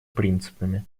принципами